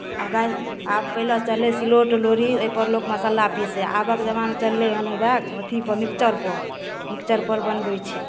आब गैस अब पहिले चललै सिलौट लोड़ही ओहिपर लोक मसाला पीसय आबक जमानामे चललै हन हउएह अथि मिक्चरपर मिक्चरपर बनबै छै